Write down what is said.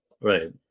right